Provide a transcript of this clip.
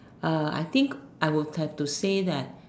uh I think I will have to say that